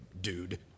dude